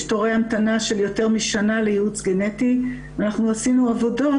יש תורי המתנה של יותר משנה לייעוץ גנטי ואנחנו עשינו עבודות